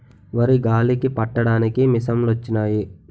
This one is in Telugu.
వరి గాలికి పట్టడానికి మిసంలొచ్చినయి